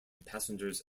passengers